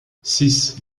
six